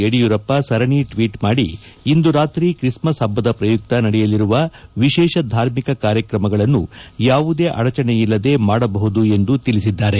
ಯಡಿಯೂರಪ್ಪ ಸರಣಿ ಟ್ವೀಟ್ ಮಾಡಿ ರಾತ್ರಿ ಕರ್ಪ್ಯೂ ಸಂದರ್ಭದಲ್ಲಿ ಇಂದು ರಾತ್ರಿ ಕ್ರಿಸ್ಮಸ್ ಹಬ್ಲದ ಪ್ರಯುಕ್ತ ನಡೆಯಲಿರುವ ವಿಶೇಷ ಧಾರ್ಮಿಕ ಕಾರ್ಯಕ್ರಮಗಳನ್ನು ಯಾವುದೇ ಅಡಚಣೆಯಿಲ್ಲದೆ ಮಾಡಬಹುದು ಎಂದು ತಿಳಿಸಿದ್ದಾರೆ